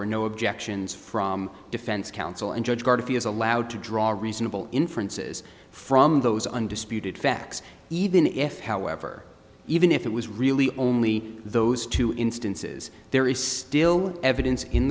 were no objections from defense counsel and judge harvey is allowed to draw a reasonable inferences from those undisputed facts even if however even if it was really only those two instances there is still evidence in